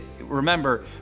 remember